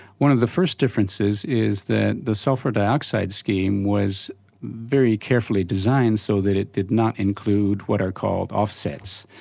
one of the first differences is that the sulphur dioxide scheme was very carefully designed so that it did not include what are called offsets,